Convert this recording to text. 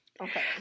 Okay